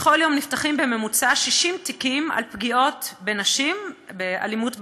בכל יום נפתחים בממוצע 60 תיקים על פגיעות בנשים באלימות במשפחה.